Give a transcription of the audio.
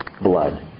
blood